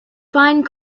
find